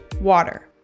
water